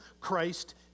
Christ